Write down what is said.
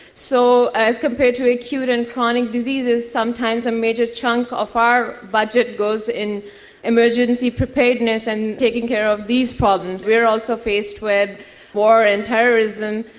so as compared to acute and chronic diseases, sometimes a major chunk of our budget goes in emergency preparedness and taking care of these problems. we are also faced with war and terrorism,